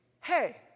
hey